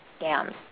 scams